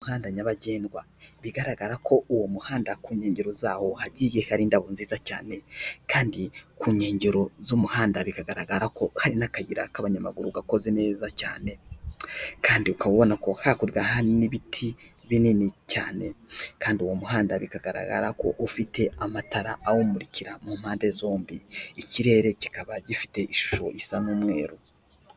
Umuhanda nyabagendwa bigaragara ko uwo muhanda ku nkengero zawo hagiye hari indabo nziza cyane, kandi ku nkengero z'umuhanda bikagaragara ko hari n'akayira k'abanyamaguru gakoze neza cyane, kandi ukaba ubona ko hakurya hari n'ibiti binini cyane, kandi uwo muhanda bikagaragara ko ufite amatara awumurikira mu mpande zombi, ikirere kikaba gifite ishusho isa n'umweru.